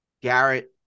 Garrett